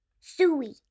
Suey